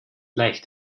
leicht